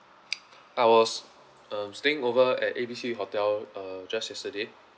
I was um staying over at A B C hotel uh just yesterday